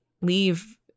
leave